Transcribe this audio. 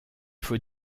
faut